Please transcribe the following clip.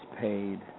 paid